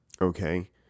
Okay